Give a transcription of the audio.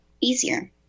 easier